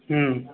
হুম